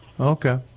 Okay